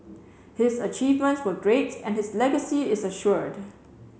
his achievements were great and his legacy is assured